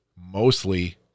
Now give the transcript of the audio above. Mostly